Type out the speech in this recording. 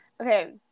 Okay